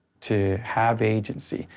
to have agency,